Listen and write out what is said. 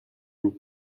vous